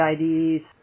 IDs